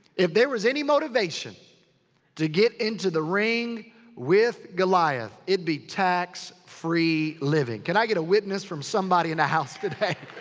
if there was any motivation to get into the ring with goliath. it'd be tax free living. can i get a witness from somebody in the house today?